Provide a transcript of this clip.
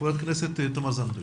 חברת הכנסת תמר זנדברג.